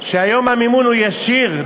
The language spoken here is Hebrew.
כשהיום המימון הוא ישיר,